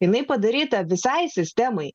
jinai padaryta visai sistemai